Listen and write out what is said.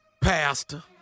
pastor